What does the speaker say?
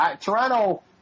Toronto